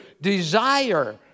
desire